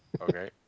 Okay